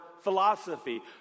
philosophy